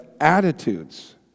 attitudes